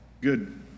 good